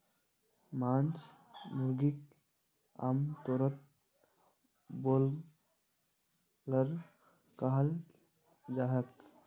मांस मुर्गीक आमतौरत ब्रॉयलर कहाल जाछेक